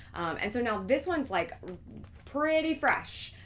and so now this one's like pretty fresh.